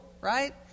right